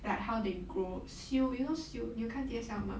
like how they grow you know 你有看 T_S_L mah